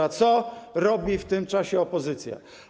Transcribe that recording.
A co robi w tym czasie opozycja?